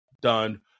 done